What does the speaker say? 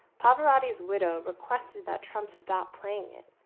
pavarotti's widow requested that trump stop playing it,